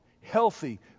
healthy